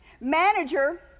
manager